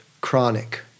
chronic